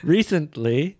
Recently